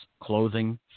clothing